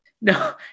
No